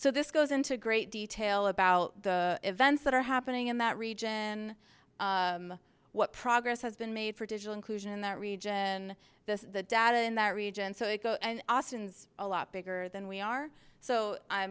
so this goes into great detail about the events that are happening in that region what progress has been made for digital inclusion in that region the data in that region so you go and austin's a lot bigger than we are so i